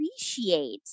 appreciate